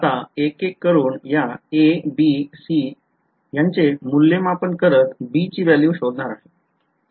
आता एक एक करून या a b c यांचे मूल्यमापन करत b ची value शोधणार आहे